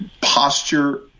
posture